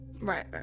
Right